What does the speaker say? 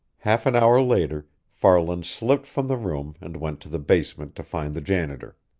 half an hour later, farland slipped from the room and went to the basement to find the janitor.